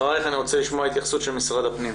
אחריך אני רוצה לשמוע התייחסות של משרד הפנים.